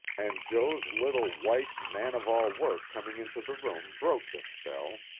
and jo s little white man-of-all-work coming into the room broke the spell,